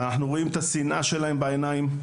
אנחנו רואים את השנאה שלהם בעיניים.